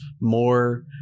more